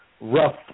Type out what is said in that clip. rough